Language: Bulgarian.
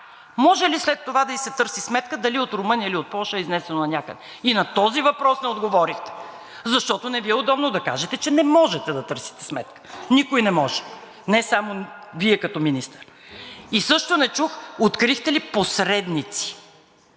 може ли след това да ѝ се търси сметка дали от Румъния или от Полша е изнесено нанякъде? И на този въпрос не отговорихте, защото не Ви е удобно да кажете, че не можете да търсите сметка. Никой не може, не само Вие като министър! И също не чух открихте ли посредници?